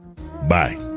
Bye